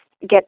get